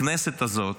בכנסת הזאת,